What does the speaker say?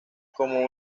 como